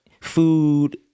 food